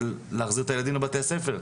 של להחזיר את הילדים לבתי הספר.